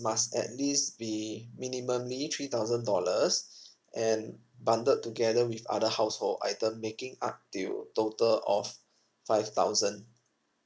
must at least be minimumly three thousand dollars and bundled together with other household item making up till total of five thousand